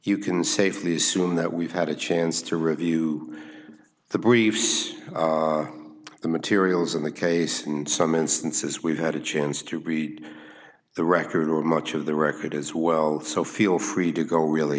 you can safely assume that we've had a chance to review the briefs the materials in the case and some instances we've had a chance to read the record or much of the record as well so feel free to go really